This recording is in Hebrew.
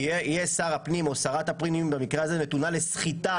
תהיה שרת הפנים נתונה לסחיטה,